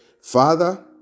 Father